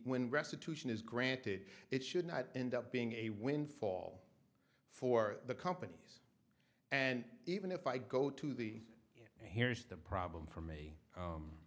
when restitution is granted it should not end up being a windfall for the companies and even if i go to the here's the problem for me